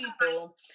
people